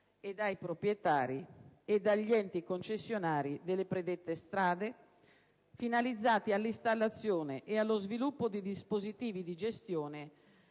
e dai proprietari e dagli enti concessionari delle predette strade, per garantire l'installazione e lo sviluppo di dispositivi di gestione